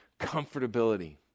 comfortability